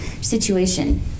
situation